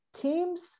teams